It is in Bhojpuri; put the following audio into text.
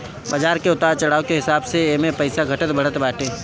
बाजार के उतार चढ़ाव के हिसाब से एमे पईसा घटत बढ़त बाटे